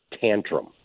tantrum